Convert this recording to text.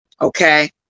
Okay